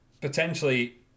potentially